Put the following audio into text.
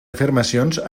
afirmacions